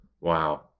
Wow